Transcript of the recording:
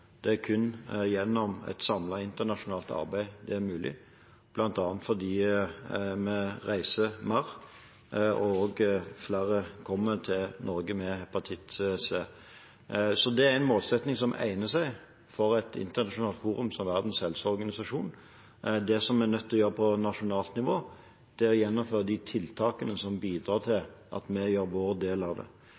Det er kun gjennom et samlet internasjonalt arbeid det er mulig, bl.a. fordi vi reiser mer, og også fordi flere kommer til Norge med hepatitt C. Det er en målsetting som egner seg for et internasjonalt forum som Verdens helseorganisasjon. Det vi er nødt til å gjøre på nasjonalt nivå, er å gjennomføre de tiltakene som bidrar til at vi gjør vår del av det.